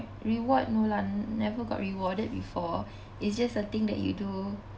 reward no lah never got rewarded before it's just a thing that you do